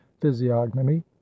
physiognomy